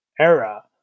era